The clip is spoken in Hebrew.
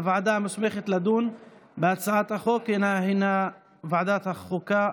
הוועדה המוסמכת לדון בהצעת החוק היא ועדת החוקה,